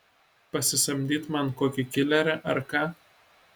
pasisamdyt man kokį kilerį ar ką